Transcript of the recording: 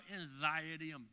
anxiety